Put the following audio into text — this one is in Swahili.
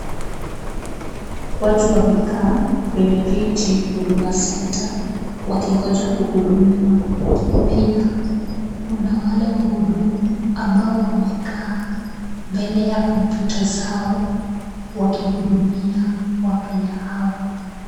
Watu wamekaa kwenye viti Huduma center wakingoja kuhudumiwa. Pia kuna wale wahudumu ambao wamekaa mbele ya kompyuta zao wakihudumia wakenya hao.